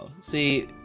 see